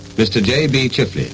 mr j. b.